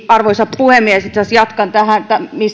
arvoisa puhemies itse asiassa jatkan